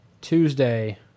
Tuesday